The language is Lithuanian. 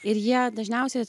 ir jie dažniausiai